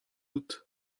out